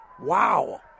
Wow